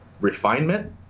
refinement